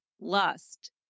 lust